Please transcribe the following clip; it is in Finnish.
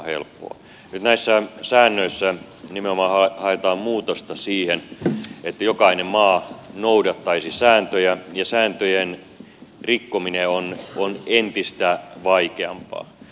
nyt näissä säännöissä nimenomaan haetaan muutosta siihen että jokainen maa noudattaisi sääntöjä ja sääntöjen rikkominen on entistä vaikeampaa